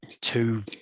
two